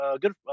good